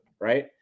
right